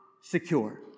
secure